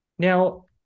Now